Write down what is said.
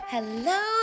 Hello